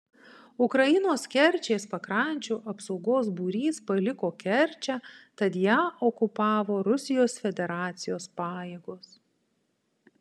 ukrainos kerčės pakrančių apsaugos būrys paliko kerčę tad ją okupavo rusijos federacijos pajėgos